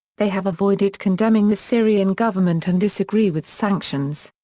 they have avoided condemning the syrian government and disagree with sanctions.